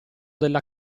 della